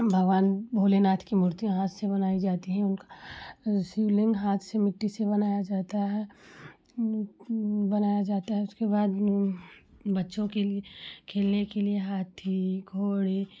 भगवान भोलेनाथ की मूर्तियाँ हाथ से बनाई जाती हैं उनका शिवलिंग हाथ से मिट्टी से बनाया जाता है बनाया जाता है उसके बाद बच्चों के लिए खेलने के लिए हाथी घोड़े